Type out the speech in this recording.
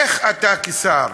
איך אתה, כשר,